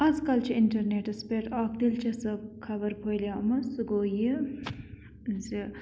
اَزکَل چھِ اِنٹَرنٮ۪ٹَس پٮ۪ٹھ اَکھ دِلچسٕپ خَبَر پھٲلیمٕژ سُہ گوٚو یہِ زِ